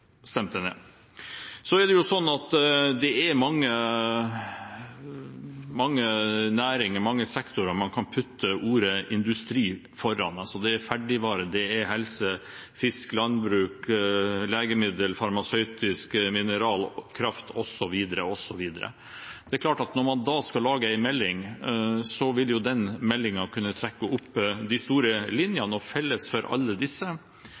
stemte ned. Det er mange næringer og sektorer man kan putte ordet «industri» etter. Det er ferdigvarer, helse, fisk, landbruk, legemiddel, farmasi, mineral, kraft osv. Det er klart at når man da skal lage en melding, vil den meldingen kunne trekke opp de store linjene, og felles for alle disse